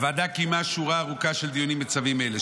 הוועדה קיימה שורה ארוכה של דיונים בצווים אלה,